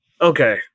okay